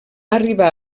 arribar